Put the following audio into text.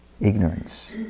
ignorance